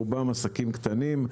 רובם עסקים קטנים,